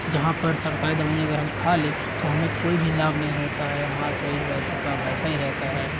जहाँ पर सरकारी दवाइयाँ अगर हम खा ले तो हमें कोई भी लाभ नहीं होता है हमारे शरीर वैसा का वैसा ही रहता है